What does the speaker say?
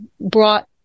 brought